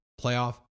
playoff